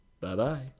bye-bye